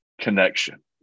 connection